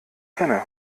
kenne